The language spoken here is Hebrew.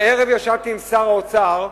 בערב ישבתי עם שר האוצר,